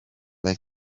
like